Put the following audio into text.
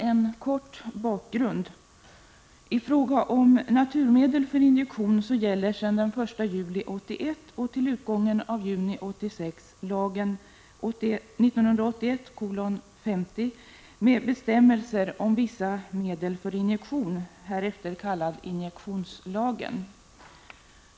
En kort bakgrund. I fråga om naturmedel för injektion gäller sedan den 1 juli 1981 och till utgången av juni 1986 lagen med bestämmelser om vissa medel för injektion, härefter kallad injektionslagen.